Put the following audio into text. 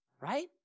Right